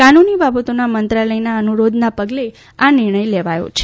કાનૂની બાબતોના મંત્રાલયના અનુરોધના પગલે આ નિર્ણય લેવાયો છે